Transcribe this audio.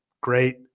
great